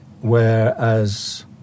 whereas